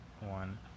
one